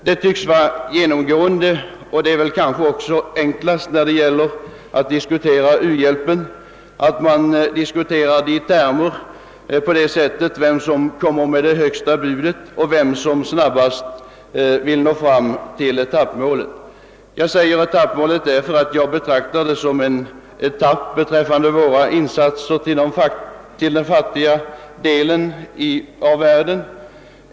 Det tycks vara enklast när man behandlar u-hjälpen att diskutera i termer om vem som kommer med det högsta budet och vem som snabbast når fram till etappmålet. Jag säger etappmålet därför att jag betraktar våra insatser för den fattiga delen av världen som en etapp på vägen.